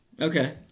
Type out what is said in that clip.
Okay